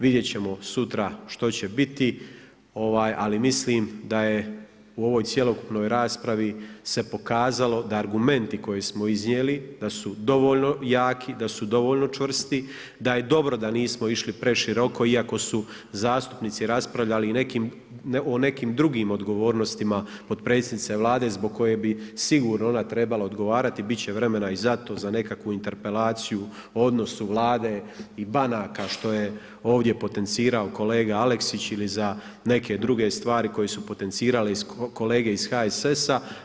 Vidjet ćemo sutra što će biti, ali mislim da je u ovoj cjelokupnoj raspravi se pokazalo da argumenti koje smo iznijeli da su dovoljno jaki, da su dovoljno čvrsti, da je dobro da nismo išli preširoko, iako su zastupnici raspravljali o nekim drugim odgovornostima potpredsjednice Vlade zbog koje bi sigurno ona trebala odgovarati, bit će vremena i za to, za nekakvu interpelaciju u odnosu Vlade i banaka što je ovdje potencirao kolega Aleksić ili za neke druge stvari koje su potencirali kolege iz HSS-a.